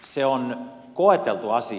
se on koeteltu asia